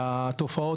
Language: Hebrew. נדבר רק שהתופעות,